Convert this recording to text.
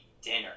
dinner